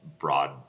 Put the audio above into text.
broad